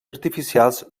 artificials